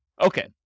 Okay